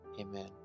Amen